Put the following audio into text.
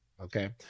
Okay